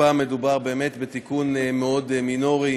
הפעם מדובר באמת בתיקון מאוד מינורי,